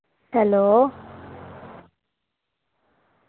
hello